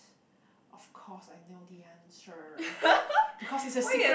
of course I know the answer because is a secret